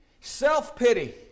Self-pity